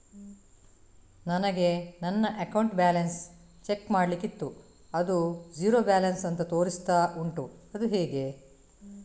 ನನಗೆ ನನ್ನ account balance check ಮಾಡ್ಲಿಕ್ಕಿತ್ತು ಅದು ಝೀರೋ ಬ್ಯಾಲೆನ್ಸ್ ಅಂತ ತೋರಿಸ್ತಾ ಉಂಟು ಅದು ಹೇಗೆ?